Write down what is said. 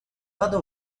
other